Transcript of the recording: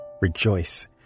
Rejoice